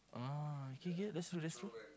oh K K that's true that's true